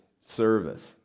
service